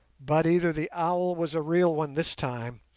but either the owl was a real one this time,